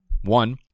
one